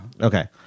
Okay